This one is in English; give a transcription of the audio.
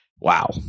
wow